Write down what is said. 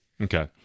Okay